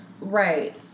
right